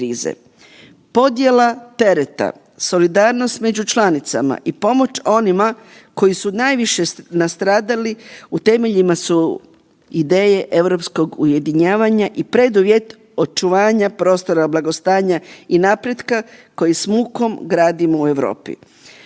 Podjela tereta, solidarnost među članicama i pomoć onima koji su najviše nastradali u temeljima su ideje europskog ujedinjavanja i preduvjet očuvanja prostora blagostanja i napretka koji s mukom gradimo u Europi.